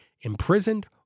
imprisoned